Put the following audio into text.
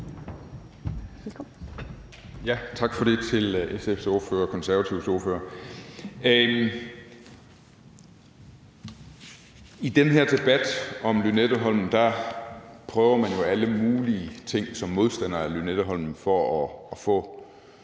Tak for det til SF's ordfører og til Konservatives ordfører. I den her debat om Lynetteholmen prøver man alle mulige ting som modstander af Lynetteholmen for at få